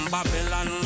Babylon